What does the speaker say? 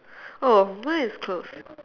oh mine is closed